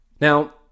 Now